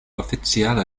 oficiala